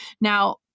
Now